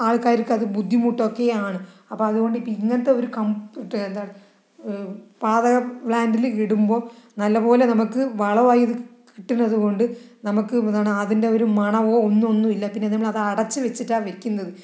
ആൾക്കാർക്ക് അത് ബുദ്ധിമുട്ട് ഒക്കെയാണ് അപ്പോൾ അതുകൊണ്ട് ഇപ്പോൾ ഇങ്ങനത്തെ ഒരു എന്താണ് വാതക പ്ലാന്റില് ഇടുമ്പോൾ നല്ലപോലെ നമുക്ക് വളമായി ഇത് കിട്ടുന്നത് കൊണ്ട് നമുക്ക് എന്താണ് അതിന്റെ ഒരു മണമോ ഒന്നും ഒന്നുമില്ല പിന്നെ നമ്മൾ അത് അടച്ചു വെച്ചിട്ടാണ് വെക്കുന്നത്